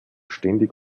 ständig